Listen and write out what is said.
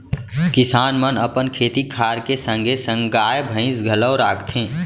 किसान मन अपन खेती खार के संगे संग गाय, भईंस घलौ राखथें